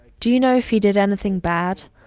do you know if he did anything bad,